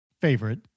favorite